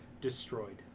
destroyed